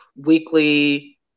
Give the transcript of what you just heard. weekly